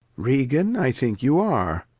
regan, i think you are,